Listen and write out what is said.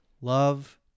love